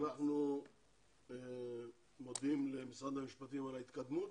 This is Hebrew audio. אנחנו מודים למשרד המשפטים על ההתקדמות,